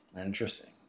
Interesting